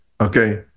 Okay